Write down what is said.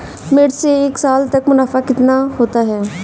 मिर्च से एक साल का मुनाफा कितना होता है?